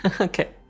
Okay